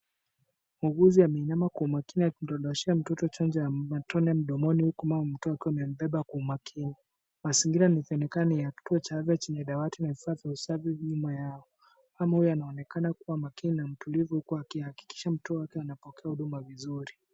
Muuguzi ameinama kwa umakini akimdondoshea mtoto chanjo ya matone mdomoni huku mama mtoto akiwa amembeba kwa umakini. Mazingira yakionekana ni kituo cha afya chenye dawati na vifaa vya kiafya nyuma yao. Mama huyu anaonekana kuwa makini na mtulivu huku akihakikisha mtoto wake anapokea huduma vizuri.